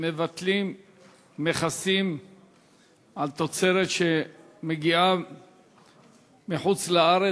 מבטלים מכסים על תוצרת שמגיעה מחוץ-לארץ,